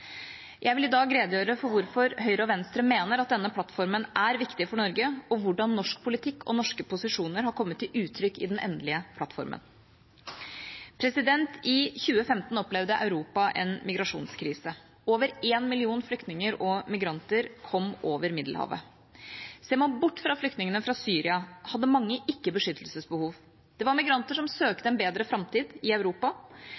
Jeg vil i dag redegjøre for hvorfor Høyre og Venstre mener denne plattformen er viktig for Norge, og hvordan norsk politikk og norske posisjoner har kommet til uttrykk i den endelige plattformen. I 2015 opplevde Europa en migrasjonskrise. Over én million flyktninger og migranter kom over Middelhavet. Ser man bort fra flyktningene fra Syria, hadde mange ikke beskyttelsesbehov. De var migranter som